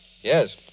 Yes